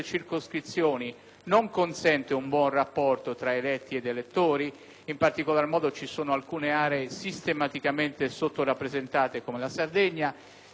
in particolar modo ci sono alcune aree sistematicamente sottorappresentate, come la Sardegna. Sappiamo che la formula elettorale è tale da provocare uno slittamento di seggi